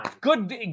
good